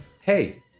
hey